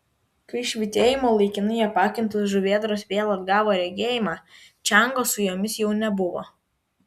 kai švytėjimo laikinai apakintos žuvėdros vėl atgavo regėjimą čiango su jomis jau nebuvo